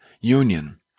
union